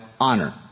honor